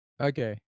Okay